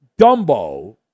Dumbo